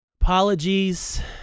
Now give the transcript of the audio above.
Apologies